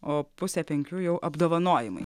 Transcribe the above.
o pusę penkių jau apdovanojimai